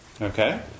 Okay